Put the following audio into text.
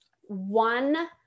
one